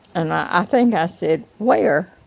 and i think i said where,